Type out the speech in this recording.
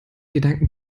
gedanken